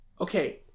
Okay